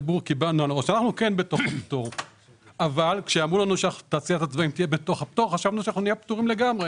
כשאמרו לנו שתעשיית הצבעים בתוך הפטור חשבנו שנהיה פטורים לגמרי,